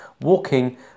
walking